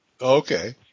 Okay